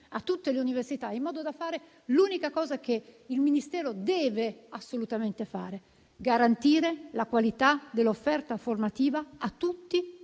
a tutte le università in modo da fare l'unica cosa che il Ministero deve assolutamente fare: garantire la qualità dell'offerta formativa a tutti,